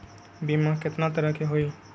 बीमा केतना तरह के होइ?